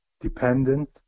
dependent